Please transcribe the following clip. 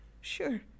sure